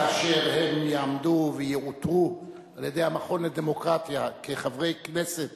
כאשר הם יעמדו ויעוטרו על-ידי המכון לדמוקרטיה כחברי כנסת